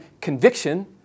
conviction